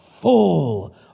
full